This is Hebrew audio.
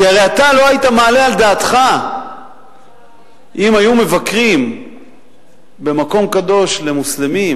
כי הרי אתה לא היית מעלה על דעתך אם היו מבקרים במקום קדוש למוסלמים,